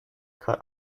cut